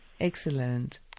Excellent